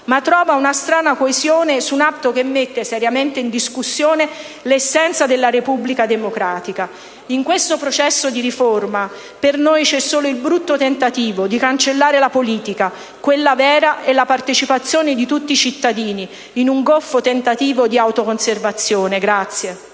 ma trova una strana coesione su un atto che mette seriamente in discussione l'essenza della Repubblica democratica. In questo processo di riforma per noi c'è solo il brutto tentativo di cancellare la politica, quella vera, e la partecipazione di tutti i cittadini in un goffo tentativo di autoconservazione.